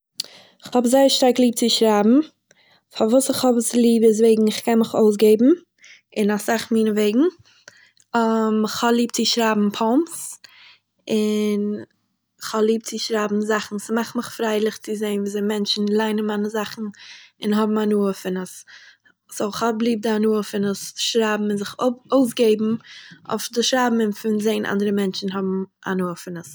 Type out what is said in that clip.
כ'האב זייער ליב צו שרייבן, פארוואס איך האב עס ליב איז, וועגן איך קען מיך אויסגעבן, אין אסאך מיני וועגן, איך האב ליב צו שרייבן פאומס, און איך האב ליב צו שריייבן זאכן ס'מאכט מיך פריילעך צו זעהן וויאזוי מענטשן ליינען מיינע זאכן און האבן הנאה פון עס. סו, איך האב ליב די הנאה פון עס שרייבן און זיך אויס- אויסגעבן אויף דער שרייבן און פון זעהן אנדערע מענטשן האבן הנאה פון עס